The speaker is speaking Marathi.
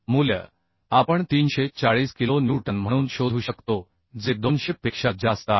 मूल्य आपण 340 किलो न्यूटन म्हणून शोधू शकतो जे 200 पेक्षा जास्त आहे